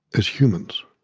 as humans.